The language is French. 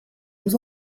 vous